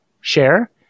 share